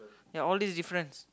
ya all these difference